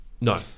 No